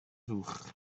fuwch